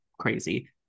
crazy